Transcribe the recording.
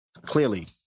Clearly